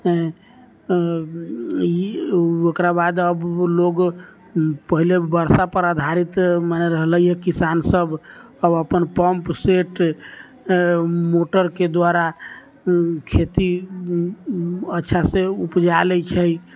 आओर ई ओकरा बाद आब लोक पहिले बरसापर आधारित मने रहलै हँ किसानसब आब अपन पम्प सेट मोटरके द्वारा खेती अच्छासँ उपजा लै छै